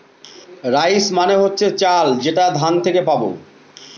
rice মানে হচ্ছে চাল যেটা ধান থেকে পাবো